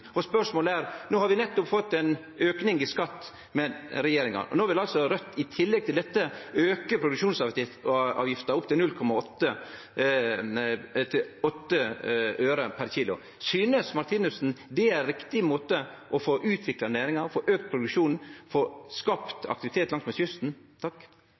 Og spørsmålet er: No har vi nettopp fått ein auke i skatt med denne regjeringa. No vil altså Raudt i tillegg til dette auke produksjonsavgifta opp til 80 øre per kilo. Synest Martinussen det er riktig måte å få utvikla næringa, auka produksjonen og skapt aktivitet langsmed kysten